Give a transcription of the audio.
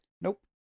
Nope